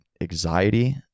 anxiety